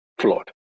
Flawed